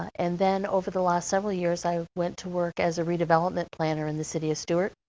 and then, over the last several years, i went to work as a redevelopment planner in the city of stuart,